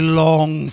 long